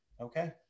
okay